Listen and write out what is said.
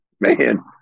man